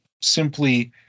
simply